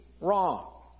wrong